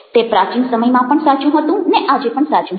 તે પ્રાચીન સમયમાં પણ સાચું હતું ને આજે પણ સાચુ છે